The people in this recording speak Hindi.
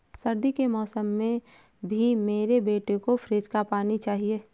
सर्दी के मौसम में भी मेरे बेटे को फ्रिज का पानी चाहिए